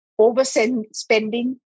overspending